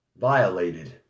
violated